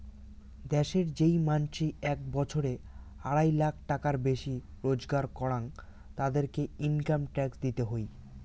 দ্যাশের যেই মানসি এক বছরে আড়াই লাখ টাকার বেশি রোজগার করাং, তাদেরকে ইনকাম ট্যাক্স দিতে হই